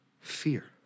fear